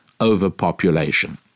overpopulation